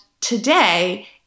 today